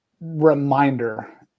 reminder